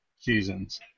seasons